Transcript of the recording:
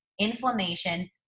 inflammation